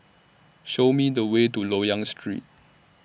Show Me The Way to Loyang Street